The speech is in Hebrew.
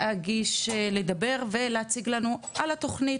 לדבר ולהציג לנו על התוכנית,